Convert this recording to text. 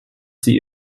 sie